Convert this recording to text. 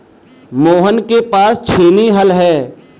मोहन के पास छेनी हल है